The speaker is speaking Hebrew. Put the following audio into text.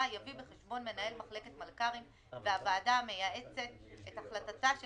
יביא בחשבון מנהל מחלקת המלכ"רים והוועדה המייעצת את החלטתה של